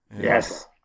Yes